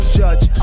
judge